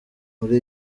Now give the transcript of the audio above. muri